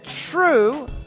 true